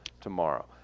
tomorrow